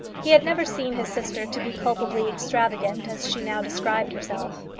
he had never seen his sister to be culpably extravagant as she now described herself.